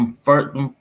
first